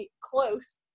close